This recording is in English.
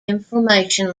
information